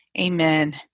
Amen